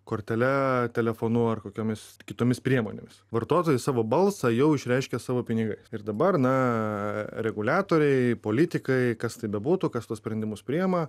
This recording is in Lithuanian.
kortele telefonu ar kokiomis kitomis priemonėmis vartotojai savo balsą jau išreiškė savo pinigais ir dabar na reguliatoriai politikai kas tai bebūtų kas tuos sprendimus priima